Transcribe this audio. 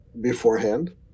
beforehand